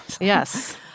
Yes